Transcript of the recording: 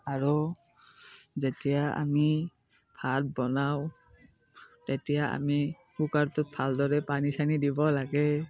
আৰু যেতিয়া আমি ভাত বনাও তেতিয়া আমি কুকাৰটোত ভালদৰে পানী চানী দিব লাগে